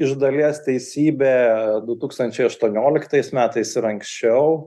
iš dalies teisybė du tūkstančiai aštuonioliktais metais ir anksčiau